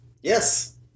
Yes